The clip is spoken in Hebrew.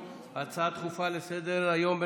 הצעה דחופה לסדר-היום בנושא: